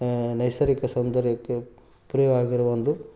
ನೈಸರ್ಗಿಕ ಸೌಂದಯಕ್ಕೆ ಪ್ರಿಯವಾಗಿರುವ ಒಂದು